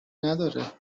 نداره